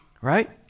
right